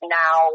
now